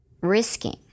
risking